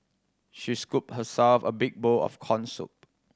she scooped herself a big bowl of corn soup